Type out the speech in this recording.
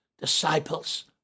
Disciples